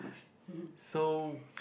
so